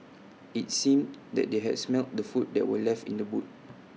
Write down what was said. IT seemed that they had smelt the food that were left in the boot